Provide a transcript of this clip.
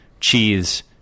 cheese